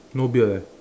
no beard leh